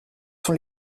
sont